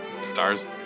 Stars